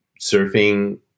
surfing